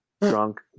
drunk